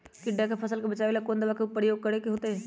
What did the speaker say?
टिड्डा से फसल के बचावेला कौन दावा के प्रयोग करके होतै?